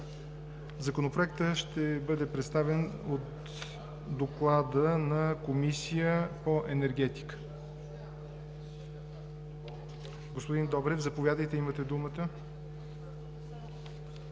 Законопроектът ще бъде представен с доклад от Комисията по енергетика. Господин Добрев, заповядайте, имате думата.